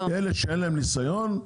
כאלה שאין להם ניסיון,